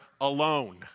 alone